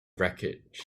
wreckage